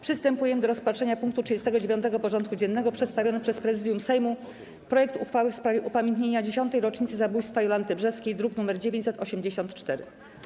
Przystępujemy do rozpatrzenia punktu 39. porządku dziennego: Przedstawiony przez Prezydium Sejmu projekt uchwały w sprawie upamiętnienia 10. rocznicy zabójstwa Jolanty Brzeskiej (druk nr 984)